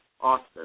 Austin